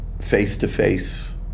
face-to-face